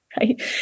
right